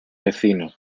vecino